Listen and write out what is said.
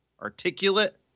articulate